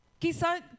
quizá